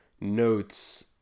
notes